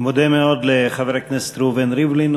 אני מודה מאוד לחבר הכנסת ראובן ריבלין,